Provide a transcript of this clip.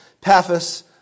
Paphos